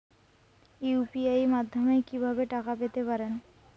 UPI মাধ্যমে কি ভাবে টাকা পেতে পারেন?